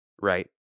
Right